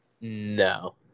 No